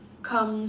comes